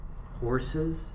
horses